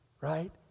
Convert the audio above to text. right